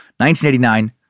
1989